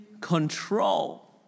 control